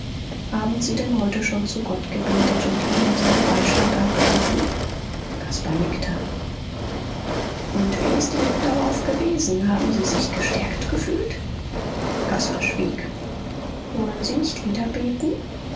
haben sie denn heute schon zu gott gebetet und ihn um seinen beistand angerufen caspar nickte und wie ist ihnen darauf gewesen haben sie sich nicht gestärkt gefühlt caspar schwieg wollen sie nicht wieder